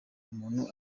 umuntu